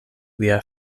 lia